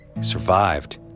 survived